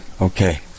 okay